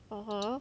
(uh huh)